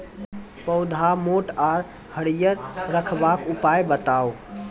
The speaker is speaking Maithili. पौधा मोट आर हरियर रखबाक उपाय बताऊ?